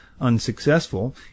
unsuccessful